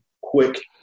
quick